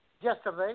yesterday